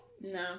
no